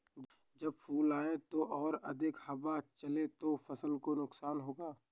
जब फूल आए हों और अधिक हवा चले तो फसल को नुकसान होगा?